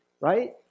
right